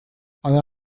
она